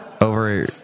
over